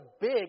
big